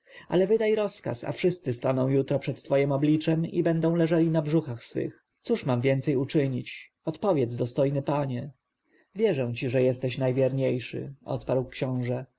ale wydaj rozkaz a wszyscy staną jutro przed twojem obliczem i będą leżeli na brzuchach swych cóż mam więcej uczynić odpowiedz najdostojniejszy panie wierzę ci że jesteś najwierniejszy odparł książę